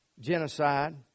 genocide